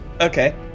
Okay